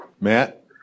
Matt